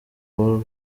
paul